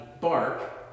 bark